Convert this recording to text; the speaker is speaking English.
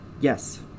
yes